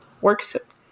works